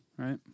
Right